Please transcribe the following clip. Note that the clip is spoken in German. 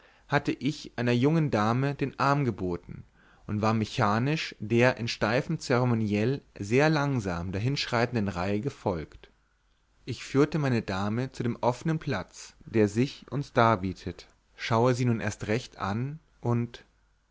hatte ich einer jungen dame den arm geboten und war mechanisch der in steifem zeremoniell sehr langsam daherschreitenden reihe gefolgt ich führe meine dame zu dem offnen platz der sich uns darbietet schaue sie nun erst recht an und